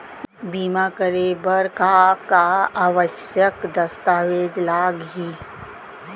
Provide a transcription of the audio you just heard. बीमा करे बर का का आवश्यक दस्तावेज लागही